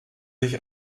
sich